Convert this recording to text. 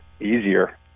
easier